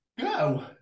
go